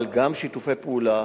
אבל גם שיתופי פעולה.